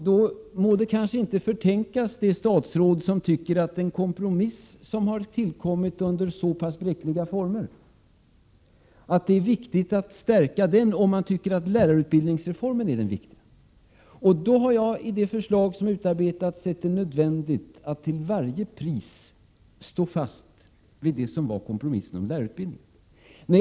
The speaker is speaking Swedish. Då må man kanske inte förtänka ett statsråd som tycker att den kompromiss som har träffats på ett så bräckligt underlag bör stärkas om man anser att lärarutbildningsreformen är det viktiga. I det förslag som utarbetats har jag ansett det nödvändigt att till varje pris stå fast vid kompromissen om lärarutbildningen.